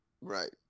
Right